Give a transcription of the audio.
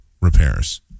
repairs